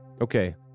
Okay